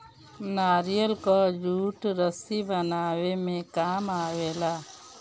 नारियल कअ जूट रस्सी बनावे में काम आवेला